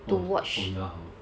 oh oh ya hor